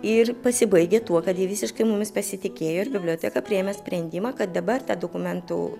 ir pasibaigė tuo kad jie visiškai mumis pasitikėjo ir biblioteka priėmė sprendimą kad dabar tą dokumentų